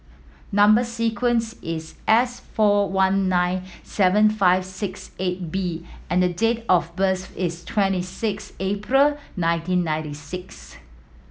number sequence is S four one nine seven five six eight B and the date of birth is twenty six April nineteen ninety six